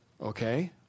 Okay